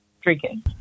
drinking